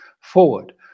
forward